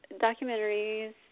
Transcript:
documentaries